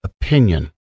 opinion